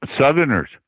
Southerners